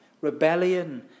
Rebellion